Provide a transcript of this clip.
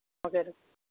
okay doctor